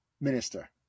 minister